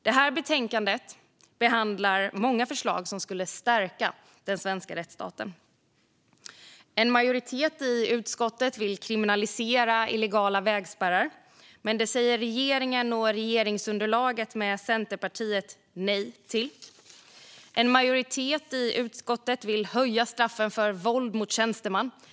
Det här betänkandet behandlar många förslag som skulle stärka den svenska rättsstaten. En majoritet i utskottet vill kriminalisera illegala vägspärrar, men det säger regeringen och regeringsunderlaget med Centerpartiet nej till. En majoritet i utskottet vill höja straffen för våld mot tjänsteman.